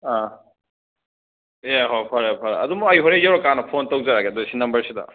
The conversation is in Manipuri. ꯑꯥ ꯑꯦ ꯍꯣꯏ ꯐꯔꯦ ꯐꯔꯦ ꯑꯗꯨꯝ ꯑꯩ ꯍꯣꯔꯦꯟ ꯌꯧꯔ ꯀꯥꯟꯗ ꯐꯣꯟ ꯇꯧꯖꯔꯛꯑꯒꯦ ꯑꯗꯣ ꯁꯤ ꯅꯝꯕꯔꯁꯤꯗ